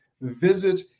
visit